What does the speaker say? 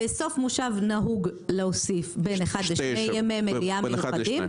בסוף מושב נהוג להוסיף בין אחד לשני ימי מליאה מיוחדים.